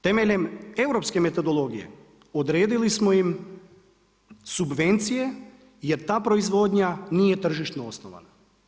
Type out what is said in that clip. Temeljem europske metodologije, odredili smo im subvencije jer ta proizvodnja nije tržišno osnovana.